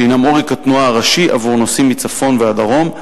שהינם עורק התנועה הראשי עבור נוסעים מצפון ועד דרום,